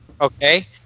okay